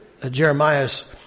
Jeremiah's